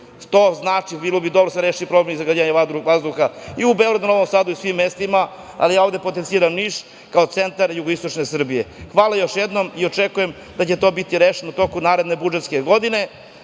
što znači da bi bilo dobro da se reši problem zagađenja vazduha i u Beogradu, Novom Sadu i svim mestima, ali ja ovde potenciram Niš kao centar jugoistočne Srbije. Hvala još jednom i očekujem da će to biti rešeno u toku naredne budžetske godine,